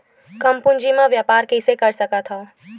कम पूंजी म व्यापार कइसे कर सकत हव?